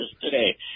today